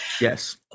Yes